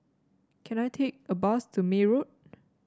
can I take a bus to May Road